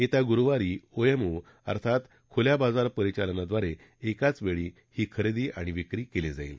येत्या गुरुवारी ओएमओ अर्थात खुल्या बाजार परिचलनाद्वारे एकाच वेळी ही खरेदी आणि विक्री केली जाईल